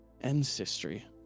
ancestry